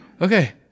Okay